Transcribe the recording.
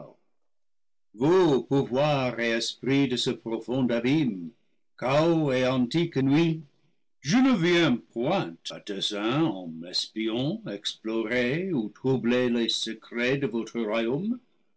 et esprits de ce profond abîme chaos et antique nuit je ne viens point à dessein en espion explorer ou troubler les secrets de votre royaume